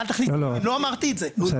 התפקיד שלנו זה שלושה וקטורים: אחד,